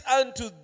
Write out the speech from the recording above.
unto